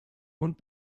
und